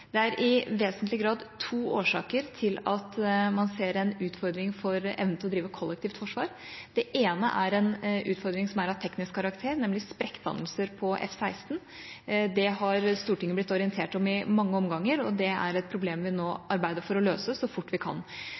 Det er i vesentlig grad to årsaker til at man ser en utfordring for evnen til å drive kollektivt forsvar. Det ene er en utfordring som er av teknisk karakter, nemlig sprekkdannelser på F-16. Det har Stortinget blitt orientert om i mange omganger, og det er et problem vi nå arbeider for å løse så fort vi kan.